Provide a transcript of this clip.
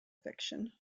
fiction